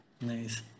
nice